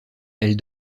elle